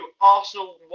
Arsenal